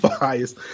bias